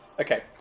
Okay